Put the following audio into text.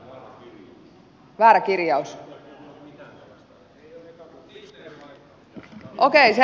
okei selvä